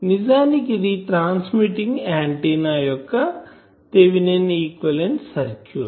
నిజానికి ఇది transmitting antenna యొక్క థేవినిన్ ఈక్వివలెంట్ సర్క్యూట్